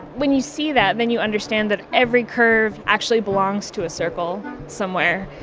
when you see that, then you understand that every curve actually belongs to a circle somewhere.